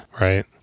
right